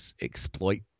exploit